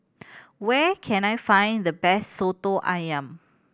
where can I find the best Soto Ayam